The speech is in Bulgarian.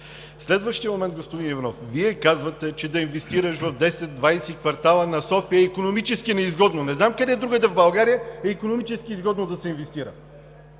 Следващият момент, господин Иванов. Вие казвате, че да инвестираш в 10 – 20 квартала на София е икономически неизгодно. Не знам къде другаде в България е икономически изгодно да се инвестира.